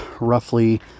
roughly